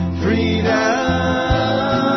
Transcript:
freedom